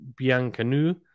Biancanu